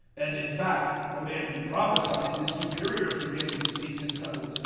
and, in fact, the man who prophesies is superior to him who speaks in tongues,